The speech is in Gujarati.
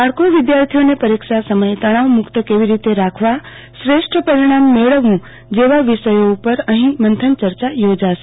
બાળકો વિધાર્થીઓને પરીક્ષા સમયે તણાવ મુક્ત કેવી રીતે રાખવા શ્રેષ્ઠ પરિણામ મેળવવુ જેવા વિષયો ઉપર અહી મંથન ચર્ચા યોજાશે